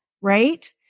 right